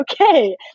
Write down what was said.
Okay